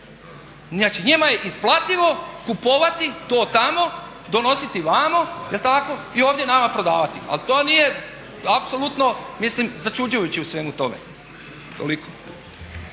Znači njima je isplativo kupovati to tamo, donositi vamo je li tako i ovdje nama prodavati. Ali to nije, apsolutno mislim začuđujuće u svemu tome. Toliko.